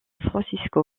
francisco